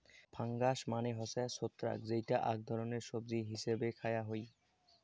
fungus মানে হসে ছত্রাক যেইটা আক ধরণের সবজি হিছেবে খায়া হই